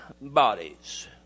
bodies